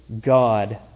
God